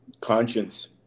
conscience